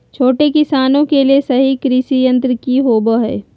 छोटे किसानों के लिए सही कृषि यंत्र कि होवय हैय?